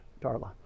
Darla